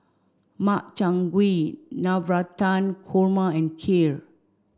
Makchang Gui Navratan Korma and Kheer